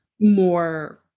more